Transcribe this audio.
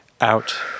out